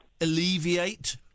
alleviate